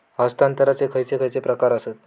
हस्तांतराचे खयचे खयचे प्रकार आसत?